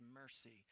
mercy